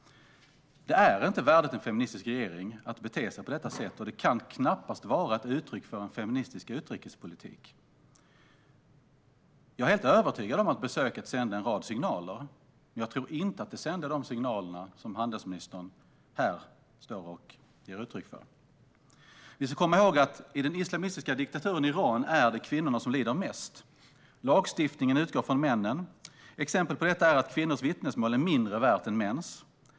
Det är inte värdigt en feministisk regering att bete sig på det sättet. Det kan knappast vara ett uttryck för en feministisk utrikespolitik. Jag är helt övertygad om att besöket sände en rad signaler, men jag tror inte att det sände de signaler som handelsministern här ger uttryck för. Vi ska komma ihåg att i den islamistiska diktaturen Iran är det kvinnorna som lider mest. Lagstiftningen utgår från männen. Exempel på detta är att kvinnors vittnesmål är mindre värda än mäns.